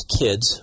kids